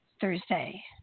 Thursday